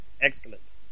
Excellent